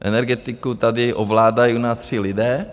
Energetiku tady ovládají u nás tři lidé.